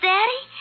Daddy